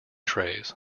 trays